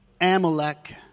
Amalek